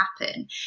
happen